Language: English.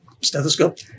stethoscope